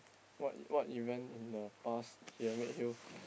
what what event in the past here made you